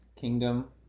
kingdom